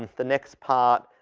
the next part,